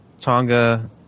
Tonga